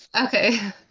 Okay